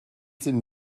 sind